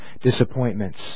disappointments